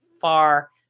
far